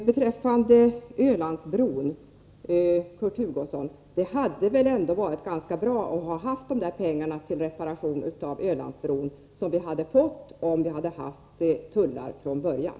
Beträffande Ölandsbron hade det, Kurt Hugosson, varit ganska bra att ha de pengar till reparation av Ölandsbron som vi hade fått om vi hade haft tullar från början.